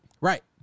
Right